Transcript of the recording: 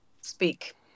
speak